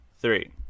three